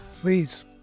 please